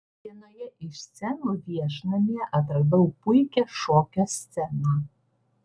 vienoje iš scenų viešnamyje atradau puikią šokio sceną